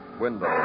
window